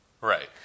Right